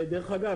דרך אגב,